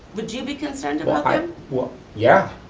would you be concerned about them? well, yeah.